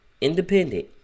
independent